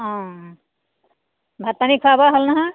অঁ ভাত পানী খুৱা বোৱা হ'ল নহয়